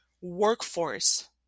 workforce